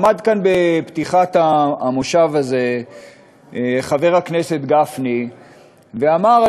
עמד כאן בפתיחת המושב הזה חבר הכנסת גפני ואמר,